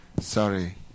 Sorry